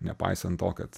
nepaisant to kad